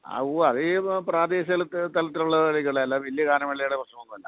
ആ ഉവ്വ അതിൽ ഈ പ്രദേശിക തലത്തിലുള്ളതായിരിക്കുളളൂ അല്ലാതെ വലിയ ഗാനമേളയുടെ പ്രശ്നം ഒന്നും ഇല്ല